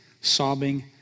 sobbing